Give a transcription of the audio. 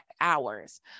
hours